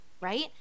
right